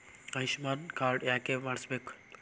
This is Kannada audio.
ಆಯುಷ್ಮಾನ್ ಕಾರ್ಡ್ ಯಾಕೆ ಮಾಡಿಸಬೇಕು?